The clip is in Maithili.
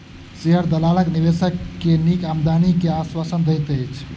शेयर दलाल निवेशक के नीक आमदनी के आश्वासन दैत अछि